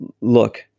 look